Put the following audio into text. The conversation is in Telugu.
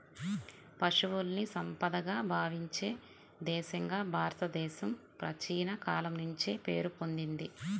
పశువుల్ని సంపదగా భావించే దేశంగా భారతదేశం ప్రాచీన కాలం నుంచే పేరు పొందింది